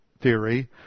theory